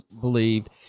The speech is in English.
believed